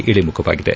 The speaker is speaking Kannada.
ಇಳಿಮುಖವಾಗಿದೆ